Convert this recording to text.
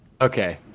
Okay